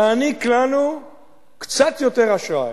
להעניק לנו קצת יותר אשראי,